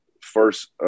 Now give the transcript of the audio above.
first